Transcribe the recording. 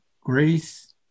grace